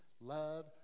love